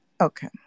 Okay